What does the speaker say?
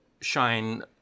shine